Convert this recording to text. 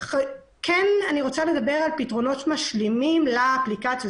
אני רוצה לדבר על פתרונות משלימים לאפליקציות: